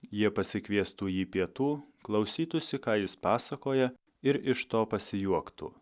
jie pasikviestų jį pietų klausytųsi ką jis pasakoja ir iš to pasijuoktų